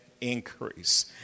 increase